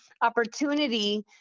opportunity